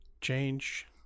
change